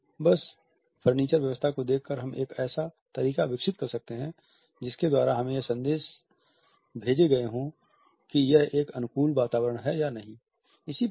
तो बस फर्नीचर व्यवस्था को देखकर हम एक ऐसा तरीका विकसित कर सकते हैं जिसके द्वारा हमें यह संदेश भेजे गए हों कि यह एक अनुकूल वातावरण है या नहीं